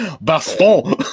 Baston